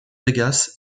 vegas